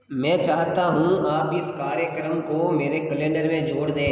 मैं चाहता हूँ आप इस कार्यक्रम को मेरे कलेंडर में जोड़ दें